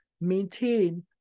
maintain